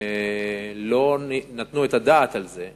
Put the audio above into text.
לא נתנו את הדעת על זה,